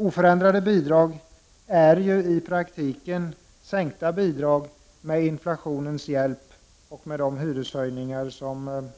Oförändrade bidrag är ju, med inflationens inverkan och de hyreshöjningar som